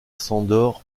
sándor